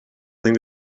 thing